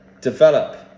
develop